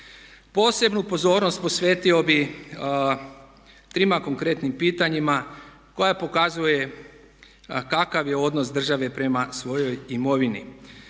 Posebnu pozornost posvetio bi trima konkretnim pitanjima koja pokazuje kakav je odnos države prema svojoj imovini.